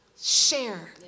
Share